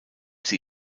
sie